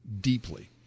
deeply